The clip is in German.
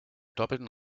doppelten